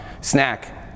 snack